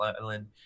island